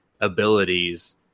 abilities